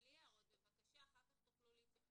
בלי הערות, בבקשה, אחר כך תוכלו להתייחס.